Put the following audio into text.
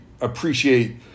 appreciate